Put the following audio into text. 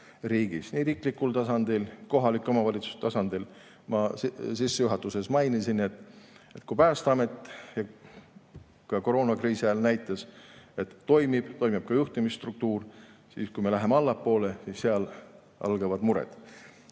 riigis nii riiklikul tasandil kui ka kohalike omavalitsuste tasandil. Ma sissejuhatuses mainisin, et kui Päästeamet ka koroonakriisi ajal näitas, et see toimib, toimib ka juhtimisstruktuur, siis kui me läheme allapoole, algavad mured.